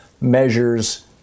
measures